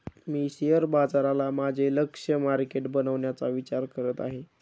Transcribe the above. मी share बाजाराला माझे लक्ष्य मार्केट बनवण्याचा विचार करत आहे